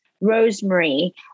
rosemary